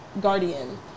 guardian